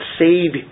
save